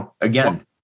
Again